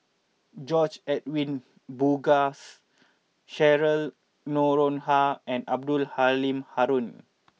George Edwin Bogaars Cheryl Noronha and Abdul Halim Haron